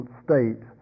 state